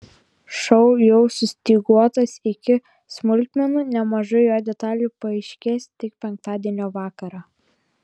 šou jau sustyguotas iki smulkmenų nemažai jo detalių paaiškės tik penktadienio vakarą